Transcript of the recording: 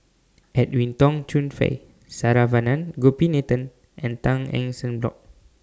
Edwin Tong Chun Fai Saravanan Gopinathan and Tan Eng Sen Bock